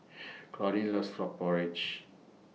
Claudine loves Frog Porridge